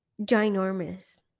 ginormous